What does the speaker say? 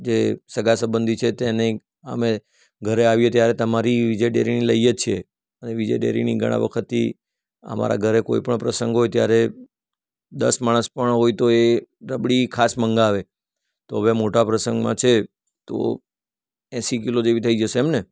જે સગા સંબંધી છે તેને અમે ઘરે આવીએ ત્યારે તમારી વિજય ડેરીની લઈએ જ છીએ અને વિજય ડેરીની ઘણાં વખતથી અમારા ઘરે કોઈ પણ પ્રસંગ હોય ત્યારે દસ માણસ પણ હોય તો એ રબડી ખાસ મંગાવે તો હવે મોટા પ્રસંગમાં છે તો એંસી કિલો જેવી થઈ જશે એમ ને